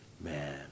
Man